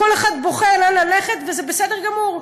כל אחד בוחר לאן ללכת, וזה בסדר גמור.